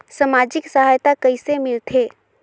समाजिक सहायता कइसे मिलथे?